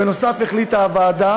בנוסף החליטה הוועדה